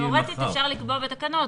תאורטית אפשר לקבוע בתקנות.